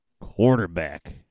quarterback